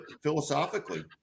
philosophically